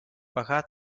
bajad